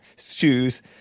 Shoes